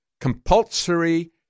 compulsory